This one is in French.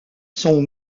son